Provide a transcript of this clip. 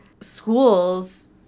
schools